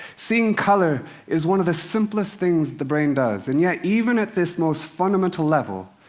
seeing color is one of the simplest things the brain does. and yet, even at this most fundamental level,